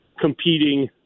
competing